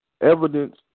Evidence